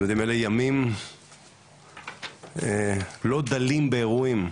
אלה ימים לא דלים באירועים.